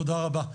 תודה רבה.